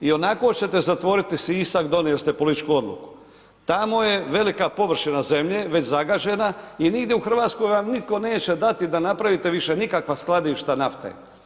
Ionako ćete zatvoriti Sisak, donijeli ste političku odluku, tamo je velika površina zemlje već zagađena i nigdje u RH vam nitko neće dati da napravite više nikakva skladišta nafte.